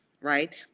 right